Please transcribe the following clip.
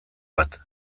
bat